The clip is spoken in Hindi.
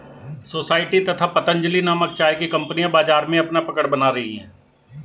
सोसायटी तथा पतंजलि नामक चाय की कंपनियां बाजार में अपना पकड़ बना रही है